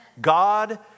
God